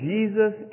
Jesus